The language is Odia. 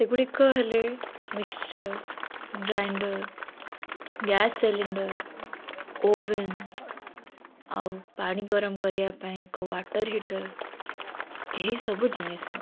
ସେଗୁଡ଼ିକ ହେଲେ mixture grinder gas cylinder oven ଆଉ ପାଣି ଗରମ କରିବାପାଇଁ ଏକ ୱାଟର୍ ହିଟର୍ ଏହିସବୁ ଜିନିଷ